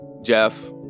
Jeff